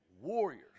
Warriors